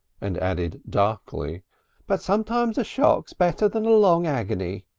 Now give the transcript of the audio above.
and added darkly but sometimes a shock's better than a long agony.